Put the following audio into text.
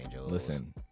Listen